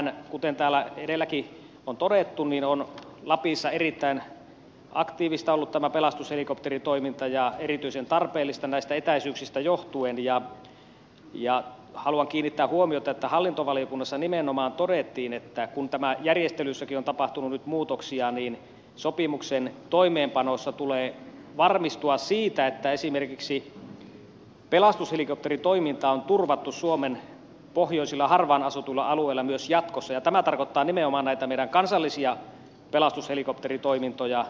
meillähän kuten täällä edelläkin on todettu on pelastushelikopteritoiminta ollut lapissa erittäin aktiivista ja erityisen tarpeellista näistä etäisyyksistä johtuen ja haluan kiinnittää huomiota siihen että hallintovaliokunnassa nimenomaan todettiin kun järjestelyissäkin on tapahtunut nyt muutoksia että sopimuksen toimeenpanossa tulee varmistua siitä että esimerkiksi pelastushelikopteritoiminta on turvattu suomen pohjoisilla harvaan asutuilla alueilla myös jatkossa ja tämä tarkoittaa nimenomaan näitä meidän kansallisia pelastushelikopteritoimintojamme